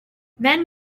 men